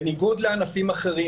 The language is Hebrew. בניגוד לענפים אחרים,